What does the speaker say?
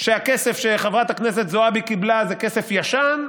שהכסף שחברת הכנסת זועבי קיבלה זה כסף ישן?